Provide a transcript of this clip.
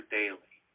daily